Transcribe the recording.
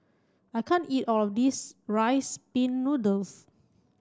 I can't eat all of this rice pin noodles